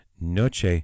noche